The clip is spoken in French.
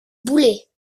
boulet